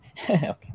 Okay